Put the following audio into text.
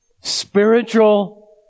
Spiritual